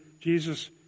Jesus